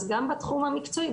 אז גם בתחום המקצועי,